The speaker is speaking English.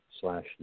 slash